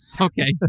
Okay